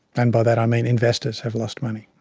and by that i mean investors have lost money.